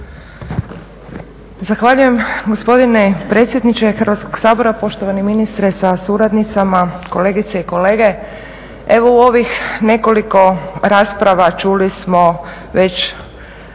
Zahvaljujem gospodine predsjedniče Hrvatskog sabora, poštovani ministre sa suradnicama, kolegice i kolege. Evo u ovih nekoliko rasprava čuli smo već dosta